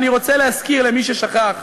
ואני רוצה להזכיר למי ששכח,